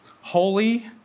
holy